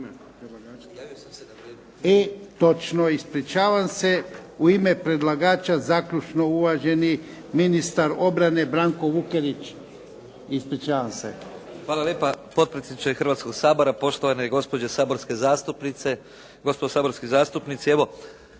… točno, ispričavam se. U ime predlagača, zaključno uvaženi ministar obrane Branko Vukelić. Ispričavam se. **Vukelić, Branko (HDZ)** Hvala lijepa. Poštovani potpredsjedniče Hrvatskog sabora, poštovane gospođe saborske zastupnice, gospodo saborski zastupnici. Evo,